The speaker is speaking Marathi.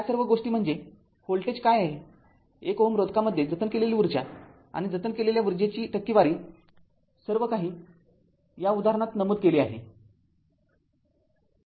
तर या सर्व गोष्टी म्हणजे व्होल्टेज काय आहे १ Ω रोधकामध्ये जतन केलेली ऊर्जा आणि जतन केलेल्या ऊर्जेची टक्केवारी सर्वकाही या उदाहरणात नमूद केले आहे